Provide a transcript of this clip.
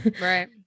Right